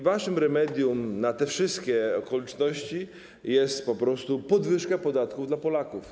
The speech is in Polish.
Waszym remedium na te wszystkie okoliczności jest po prostu podwyżka podatków dla Polaków.